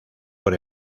por